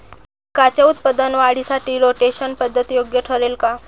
पिकाच्या उत्पादन वाढीसाठी रोटेशन पद्धत योग्य ठरेल का?